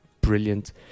brilliant